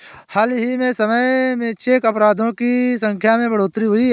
हाल ही के समय में चेक अपराधों की संख्या में बढ़ोतरी हुई है